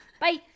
Bye